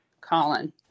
Colin